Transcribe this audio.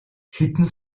хэдэн